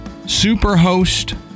Superhost